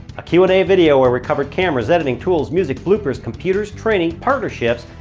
a q and a video where we covered cameras, editing tools, music, bloopers, computers, training, partnerships,